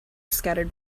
scattered